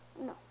no